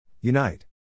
Unite